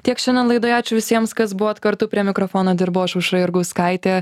tiek šiandien laidoje ačiū visiems kas buvot kartu prie mikrofono dirbau aš aušra jurgauskaitė